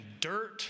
dirt